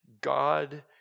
God